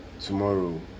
tomorrow